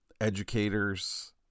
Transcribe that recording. educators